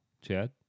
chad